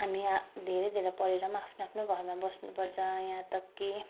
हामी आ धेरै धेरै पढेर आफ्नो आफ्नै घरमा बस्नु पर्छ यहाँ तक कि